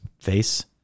face